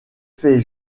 fait